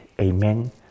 Amen